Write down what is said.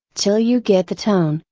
till you get the tone,